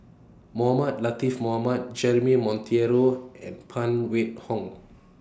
Mohamed Latiff Mohamed Jeremy Monteiro and Phan Wait Hong